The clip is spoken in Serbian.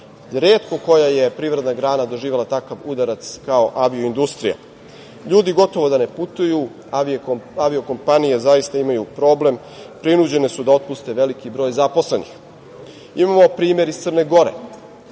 Retko koja privredna grana je doživela takav udarac kao avio-industrija. Ljudi gotovo da ne putuju, avio-kompanije zaista imaju problem, prinuđene su da otpuste veliki broj zaposlenih. Imamo primer iz Crne Gore